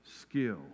skill